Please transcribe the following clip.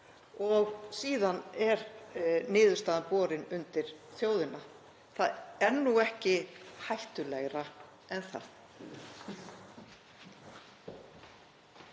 og síðan er niðurstaðan borin undir þjóðina. Það er ekki hættulegra en það.